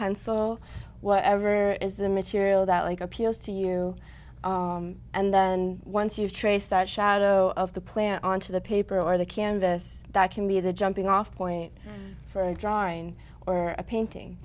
pencil whatever is the material that like appeals to you and then once you trace that shadow of the plant onto the paper or the canvas that can be the jumping off point for a drawing or a painting